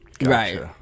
right